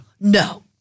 No